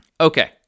Okay